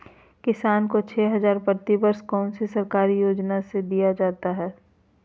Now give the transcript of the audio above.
किसानों को छे हज़ार प्रति वर्ष कौन सी सरकारी योजना से दिया जाता है?